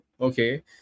Okay